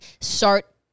start